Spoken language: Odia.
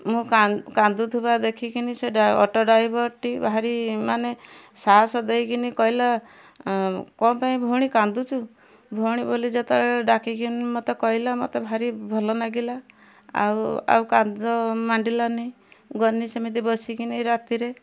ମୁଁ କା କାନ୍ଦୁଥିବା ଦେଖିକିନି ସେ ଡା ଅଟୋ ଡ୍ରାଇଭରଟି ଭାରି ମାନେ ସାହସ ଦେଇକିନି କହିଲା କ'ଣ ପାଇଁ ଭଉଣୀ କାନ୍ଦୁଛୁ ଭଉଣୀ ବୋଲି ଯେତେବେଳେ ଡାକିକିନି ମତେ କହିଲା ମତେ ଭାରି ଭଲ ନାଗିଲା ଆଉ ଆଉ କାନ୍ଦ ମାଣ୍ଡିଲାନି ଗନି ସେମିତି ବସିକିନି ରାତିରେ